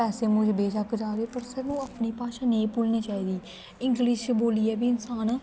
पैसें मूजब बेशक्क जा दे पर सानूं अपनी भाशा नेईं भुल्लनी चाहिदी इंग्लिश बोल्लियै बी इंसान